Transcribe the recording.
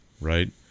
Right